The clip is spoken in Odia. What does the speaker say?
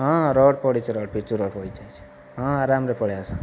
ହଁ ରୋଡ୍ ପଡ଼ିଛି ରୋଡ୍ ପିଚୁ ରୋଡ୍ ରହିଛି ଆସିବାକୁ ହଁ ଆରାମରେ ପଳାଇଆସ